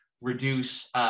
reduce